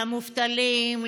למובטלים,